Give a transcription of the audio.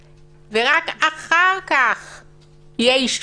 קח כראיה את ועדת החוץ והביטחון,